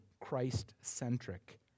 Christ-centric